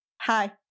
Hi